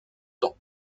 temps